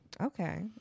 Okay